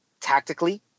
tactically